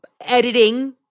editing